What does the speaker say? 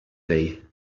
day